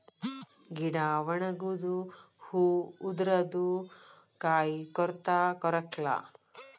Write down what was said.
ಗಿಡಾ ಒಣಗುದು ಹೂ ಉದರುದು ಕಾಯಿ ಕೊರತಾ ಕೊರಕ್ಲಾ